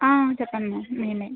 చెప్పండి మ్యామ్ నేనే